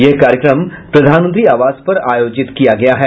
यह कार्यक्रम प्रधानमंत्री आवास पर आयोजित किया गया है